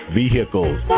vehicles